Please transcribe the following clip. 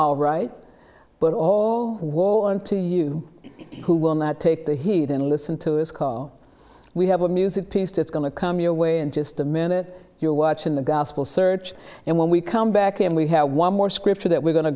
all right but all walang to you who will not take the heat and listen to this call we have a music taste it's going to come your way in just a minute you're watching the gospel search and when we come back and we have one more scripture that we're going to